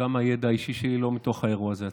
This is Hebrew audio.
הידע האישי שלי, לא מתוך האירוע הזה עצמו.